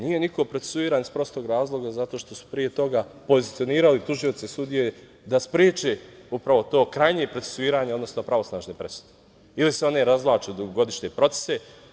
Nije niko procesuiran iz prostog razloga zato što su pre toga pozicionirali tužioce i sudije da spreče upravo to, krajnje procesuiranje odnosno pravosnažne presude, ili se one razvlače u dugogodišnje procese.